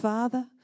Father